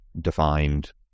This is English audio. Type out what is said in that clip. defined